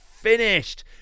finished